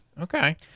Okay